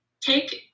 take